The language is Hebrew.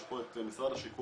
יש פה את משרד השיכון,